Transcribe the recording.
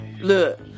Look